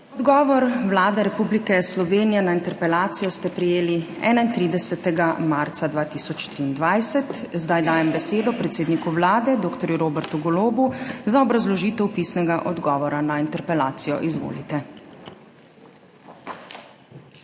Odgovor Vlade Republike Slovenije na interpelacijo ste prejeli 31. marca 2023. Zdaj dajem besedo predsedniku Vlade dr. Robertu Golobu za obrazložitev pisnega odgovora na interpelacijo. Izvolite.